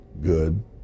good